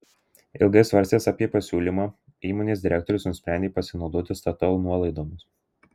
ilgai svarstęs apie pasiūlymą įmonės direktorius nusprendė pasinaudoti statoil nuolaidomis